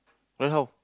then how